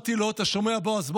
אתה שומע, בועז?